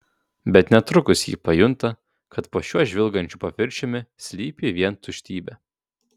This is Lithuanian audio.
bet netrukus ji pajunta kad po šiuo žvilgančiu paviršiumi slypi vien tuštybė